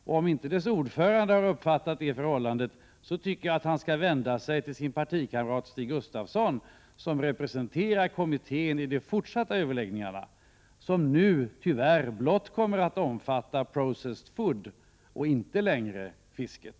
Om inte dess ordförande har uppfattat det förhållandet tycker jag att han skall vända sig till sin partikamrat Stig Gustafsson, vilken representerar kommittén i de fortsatta överläggningar som nu tyvärr blott kommer att omfatta ”processed food” och inte längre fisket.